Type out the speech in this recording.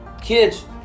Kids